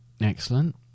Excellent